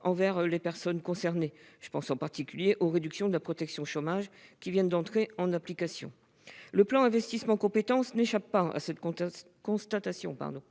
pour les personnes concernées- je pense notamment aux réductions de la protection chômage qui viennent d'entrer en application. Le plan d'investissement dans les compétences n'échappe pas à cette constatation